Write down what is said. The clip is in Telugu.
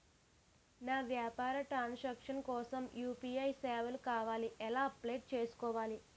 నా వ్యాపార ట్రన్ సాంక్షన్ కోసం యు.పి.ఐ సేవలు కావాలి ఎలా అప్లయ్ చేసుకోవాలి?